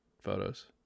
photos